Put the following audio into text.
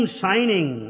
shining